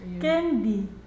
candy